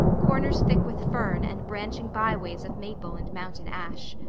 corners thick with fern, and branching byways of maple and mountain ash.